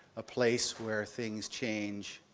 a place where things change,